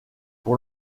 pour